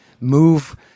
move